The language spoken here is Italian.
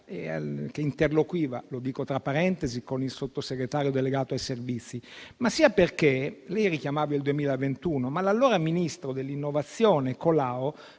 che interloquiva, lo dico tra parentesi, con il Sottosegretario delegato ai servizi, sia perché - lei richiamava il 2021 - l'allora ministro dell'innovazione Colao